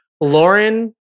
Lauren